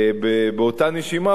באותה נשימה,